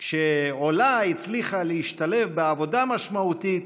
כשעולה הצליחה להשתלב בעבודה משמעותית,